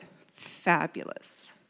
Fabulous